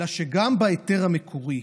אלא שגם בהיתר המקורי,